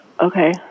Okay